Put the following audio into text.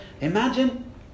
Imagine